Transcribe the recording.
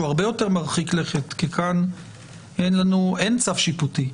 שהוא הרבה יותר מרחיק לכת כי כאן אין צו שיפוטי,